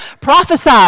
Prophesy